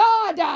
God